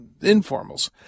informals